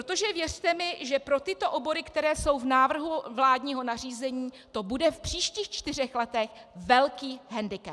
Protože věřte mi, že pro tyto obory, které jsou v návrhu vládního nařízení, to bude v příštích čtyřech letech velký hendikep.